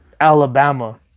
Alabama